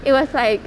it was like